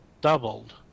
doubled